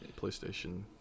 PlayStation